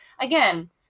again